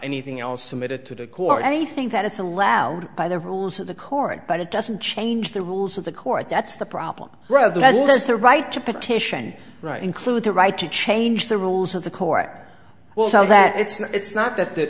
anything else submitted to the court anything that is allowed by the rules of the court but it doesn't change the rules of the court that's the problem rather than the right to petition right include the right to change the rules of the court well so that it's not it's not